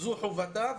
זה חובתה,